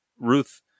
Ruth